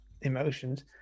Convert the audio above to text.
emotions